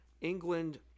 England